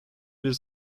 bir